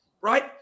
right